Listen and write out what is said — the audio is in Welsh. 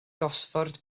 gosford